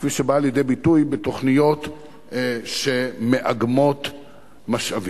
כפי שבא לידי ביטוי בתוכניות שמאגמות משאבים.